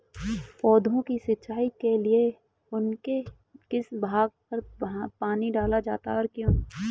पौधों की सिंचाई के लिए उनके किस भाग पर पानी डाला जाता है और क्यों?